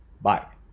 Bye